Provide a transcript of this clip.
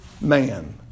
man